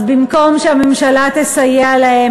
אז במקום שהממשלה תסייע להם,